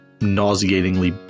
nauseatingly